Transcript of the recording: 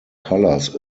colors